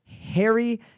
Harry